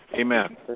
Amen